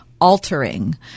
altering